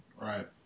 right